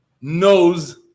knows